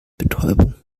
betäubung